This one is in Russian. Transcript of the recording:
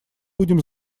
будем